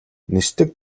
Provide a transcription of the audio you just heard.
нисдэг